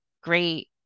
great